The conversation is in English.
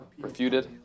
refuted